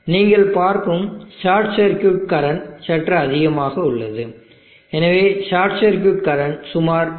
நீங்கள் பார்க்கும் short circuit current சற்று அதிகமாக உள்ளது எனவே ஷார்ட் சர்க்யூட் கரண்ட் சுமார் 2